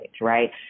right